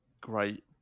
great